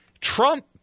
Trump